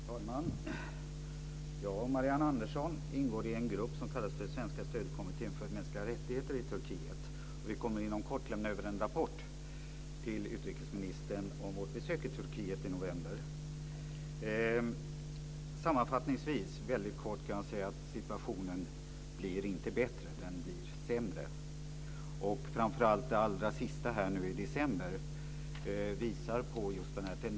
Fru talman! Marianne Andersson och jag ingår i en grupp som kallas för den svenska stödkommittén för mänskliga rättigheter i Turkiet. Vi kommer inom kort att överlämna en rapport till utrikesministern om vårt besök i Turkiet i november. Sammanfattningsvis väldigt kort kan jag säga att situationen inte blir bättre. Den blir sämre. Det allra senaste som hände i december visar på den tendensen.